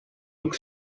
look